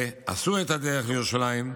הם עשו את הדרך לירושלים,